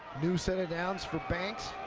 new set of downs for banks.